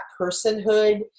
personhood